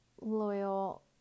loyal